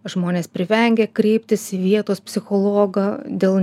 žmonės privengia kreiptis į vietos psichologą dėl